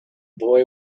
boy